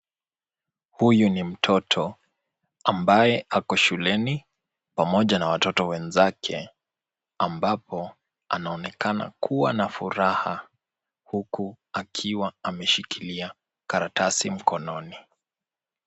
Huyu ni mtoto ambaye ako shuleni pamoja na watoto wenzake ambapo anaonekana kuwa na furaha huku akiwa ameshikilia karatasi mkononi.